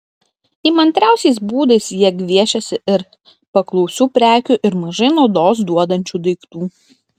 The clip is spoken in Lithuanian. įmantriausiais būdais jie gviešiasi ir paklausių prekių ir mažai naudos duodančių daiktų